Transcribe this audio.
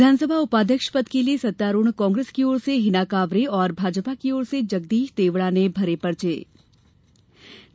विधानसभा उपाध्यक्ष पद के लिए सत्तारूढ़ कांग्रेस की ओर से हिना कांवरे और भाजपा की ओर से जगदीश देवड़ा ने पर्चे भरे